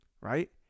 right